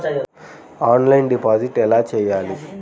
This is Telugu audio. ఆఫ్లైన్ డిపాజిట్ ఎలా చేయాలి?